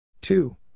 Two